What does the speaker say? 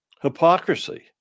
Hypocrisy